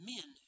Men